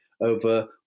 over